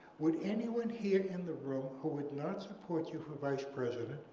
would anyone here in the room who would not support you for vice president,